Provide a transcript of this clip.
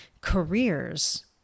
careers